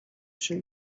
się